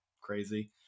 crazy